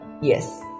Yes